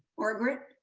margaret.